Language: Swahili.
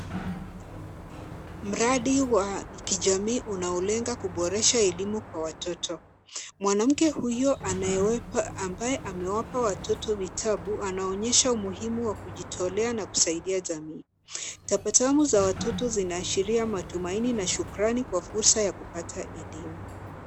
Mradi wa kijamii unaolenga kuboresha elimu kwa watoto. Mwanamke huyo anayewapa ambaye amewapa watoto vitabu anaonyeshwa umuhimu wa kujitolea na kusaidia jamii. Tabasamu za watoto zinaashiria matumaini na shukrani kwa fursa ya kupata elimu.